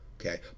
okay